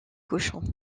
cochons